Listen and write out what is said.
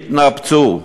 התנפצו.